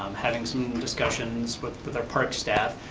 um having some discussions with but their park staff.